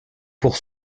pour